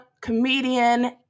comedian